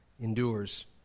endures